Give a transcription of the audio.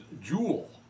Jewel